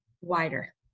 wider